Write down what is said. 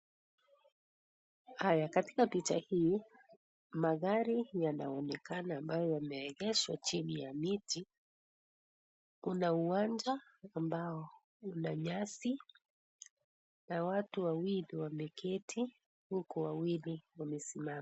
Haya katika picha hii magari yanaonekana ambayo yameegeshwa chini ya miti, kuna uwanja ambao una nyasi na watu wawili wameketi huku wawili wamesimama.